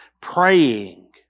praying